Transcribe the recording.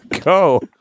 Go